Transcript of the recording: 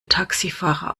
taxifahrer